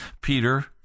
Peter